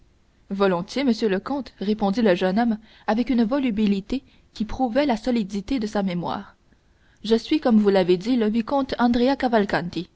volontiers monsieur le comte répondit le jeune homme avec une volubilité qui prouvait la solidité de sa mémoire je suis comme vous l'avez dit le vicomte andrea